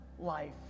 life